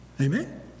Amen